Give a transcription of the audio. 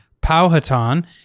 Powhatan